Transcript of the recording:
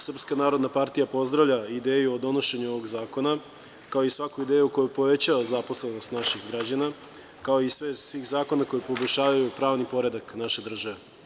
Srpska narodna partija pozdravlja ideju o donošenju ovog zakona, kao i svaku ideju koja povećava zaposlenost naših građana, kao i set svih zakona koji poboljšavaju pravni poredak naše države.